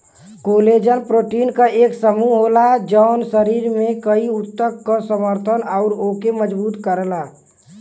collagen protein क एक समूह होला जौन शरीर में कई ऊतक क समर्थन आउर ओके मजबूत करला